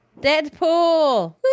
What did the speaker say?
Deadpool